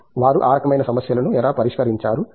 వారు ఆ రకమైన సమస్యలను ఎలా పరిష్కరించారు